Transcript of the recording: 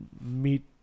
meet